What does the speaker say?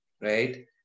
right